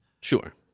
Sure